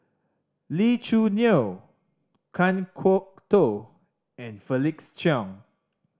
Lee Choo Neo Kan Kwok Toh and Felix Cheong